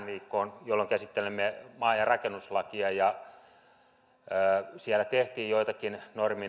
viikkoon jolloin käsittelimme maa ja rakennuslakia siellä tehtiin joitakin